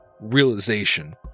realization